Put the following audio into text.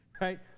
Right